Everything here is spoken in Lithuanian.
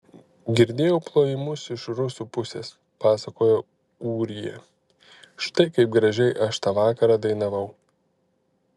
girdėjau plojimus iš rusų pusės pasakojo ūrija štai kaip gražiai aš tą vakarą dainavau